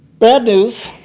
bad news,